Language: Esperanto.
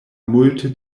multe